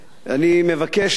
אני מבקש להעלות,